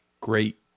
great